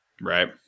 Right